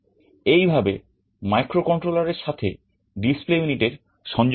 এইভাবে মাইক্রোকন্ট্রোলারের সাথে ডিসপ্লে ইউনিট এর সংযোগ করতে হয়